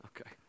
Okay